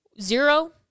Zero